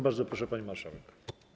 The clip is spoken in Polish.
Bardzo proszę, pani marszałek.